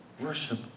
Worship